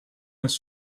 his